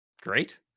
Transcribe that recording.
great